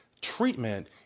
treatment